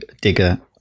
digger